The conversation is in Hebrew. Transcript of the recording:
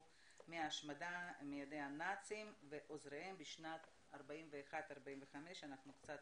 מההשמדה מידי הנאצים ועוזרים בשנים 1945-1941. אנחנו קצת